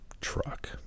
truck